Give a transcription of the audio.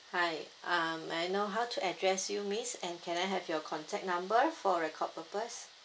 hi um may I know how to address you miss and can I have your contact number for record purpose